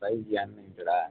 five G அன்லிமிட்டடா